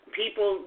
people